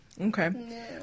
Okay